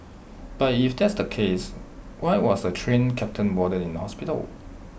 but if that's the case why was the Train Captain warded in hospital